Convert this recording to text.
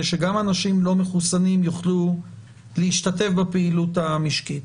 שגם אנשים לא מחוסנים יוכלו להשתתף בפעילות המשקית.